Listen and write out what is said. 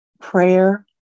Prayer